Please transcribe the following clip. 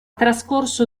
trascorso